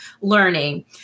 learning